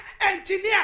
engineer